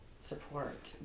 support